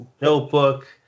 notebook